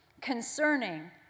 concerning